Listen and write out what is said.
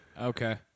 Okay